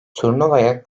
turnuvaya